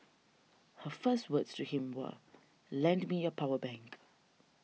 her first words to him were lend me your power bank